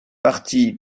parti